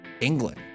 england